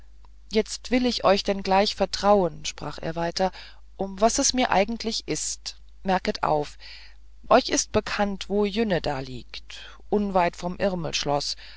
jetzt will ich euch denn gleich vertrauen sprach er weiter um was es mir eigentlich ist merket auf euch ist bekannt wo jünneda liegt unweit vom